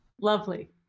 Lovely